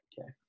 Okay